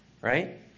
right